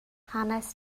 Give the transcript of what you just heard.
hanes